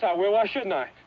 i will. why shouldn't i?